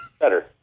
Better